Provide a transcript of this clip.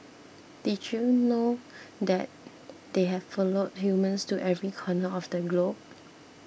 did you know that they have followed humans to every corner of the globe